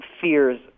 fears